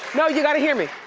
no, you gotta hear me.